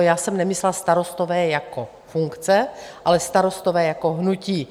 Já jsem nemyslela starostové jako funkce, ale Starostové jako hnutí.